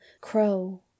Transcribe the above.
crow